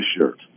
shirt